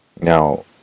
Now